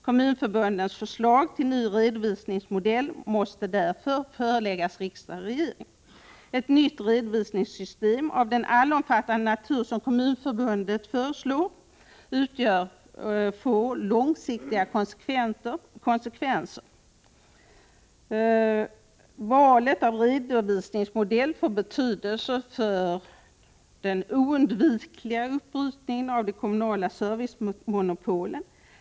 Kommunförbundets förslag till ny redovisningsmodell måste därför föreläggas riksdag och regering. Ett nytt redovisningssystem av den allomfattande natur som Kommunförbundet föreslår får långsiktiga konsekvenser. Valet av redovisningsmodell får betydelse för den oundvikliga uppbrytningen av de kommunala servicemonopolen.